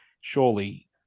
Surely